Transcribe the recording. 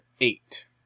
eight